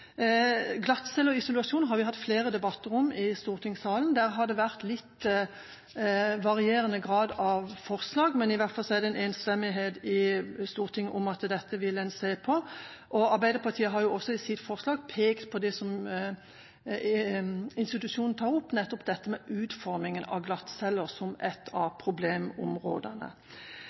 Glattcelle og isolasjon har vi hatt flere debatter om i stortingssalen. Det har vært litt varierende forslag, men i hvert fall er det enstemmighet i Stortinget om at man vil se på dette. Arbeiderpartiet har også i forslag pekt på det som institusjonen tar opp, nettopp utformingen av glattceller som et av problemområdene.